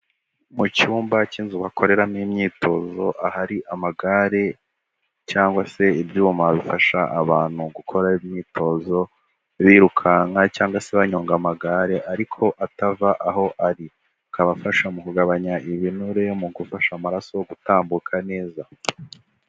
Mu cyumba cy'inzu bakoreramo imyitozo, ahari amagare cyangwa se ibyuma bifasha abantu gukora imyitozo birukanka cyangwa se banyonga amagare ariko atava aho ari, bikabafasha mu kugabanya ibinure mu gufasha amaraso gutambuka neza.